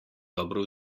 dobro